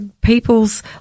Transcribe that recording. people's